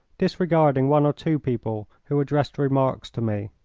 disregarding one or two people who addressed remarks to me.